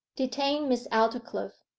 detain miss aldclyffe.